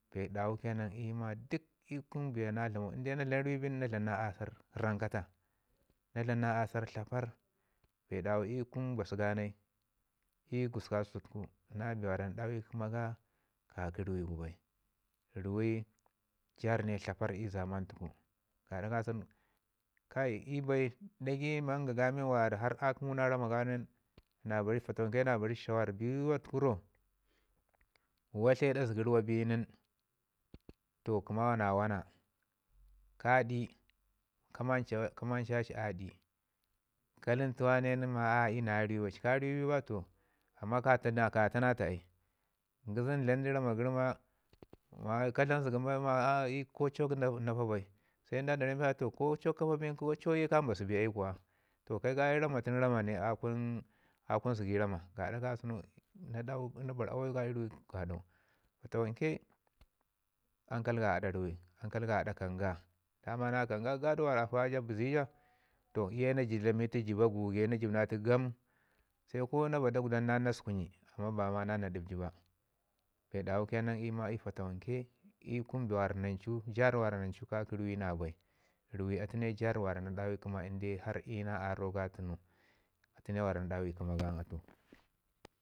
bee dawu kee nan i ma duk i kun bee na dlamau, i kun bee na dlamau na dlam ruwe bin na dlam na asare rankata na dan na asərr itaparr. Bee dawo i kun mbasu ga nai bee wara na ɗawi kəma ga ka ki ruwe gu bai ruwai. Ruwai jarr ne tlaparr i zaman gususku tunu gaɗa kasən kai iyu bai manya ga men wara har a kəmu na rama ga nin na bari ci fatavanke na bori ci shawarr biwa tuku ro wa tiəu i aɗa zəgər wa bi nin toh kəma wa na wana. ka ɗi ka manud ci aɗi kələntu wane nin da rami ma aa iyu na ruwai bai amman ka taa na taa ai. Ngizim dlam du rama gəri ma ka dlam ruwai bai da rami ma a'a i yu ko chok na pa bai ko chok ka pa bin ko chok ka mbasu bai ai kuwa. Toh ke ka du rama tuku ai rama ne a kun zigi rama. Gaɗa kasən na dau na bar awuyu ga i ɗa ruwai gaɗau fatawanke ankai ga aɗa kaam ga. Daman na kaam ga kə gaɗo mi afək ga bəzi ja toh iye na dlam ditu jəba guge na jəb ma tu yam sai dai na ba dakwdan nan sukuni, ba nan na dəbji ba. Bee dawu ke nan futwanke i ma i kun bee wara nancu jarr wara wara ruwai na bai, ruwe a tu ne jarr mi na dawi kəma har iyu na aro ga tunu. atu wara na dawi kəma ga.